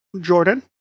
Jordan